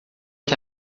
que